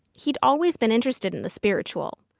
he'd always been interested in the spiritual.